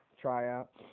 tryout